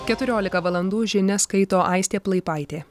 keturiolika valandų žinias skaito aistė plaipaitė